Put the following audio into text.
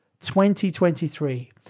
2023